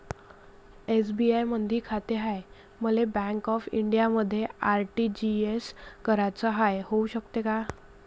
SBI मधी खाते हाय, मले बँक ऑफ इंडियामध्ये आर.टी.जी.एस कराच हाय, होऊ शकते का?